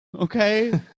okay